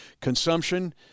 consumption